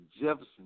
Jefferson